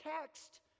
text